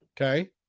okay